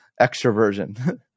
extroversion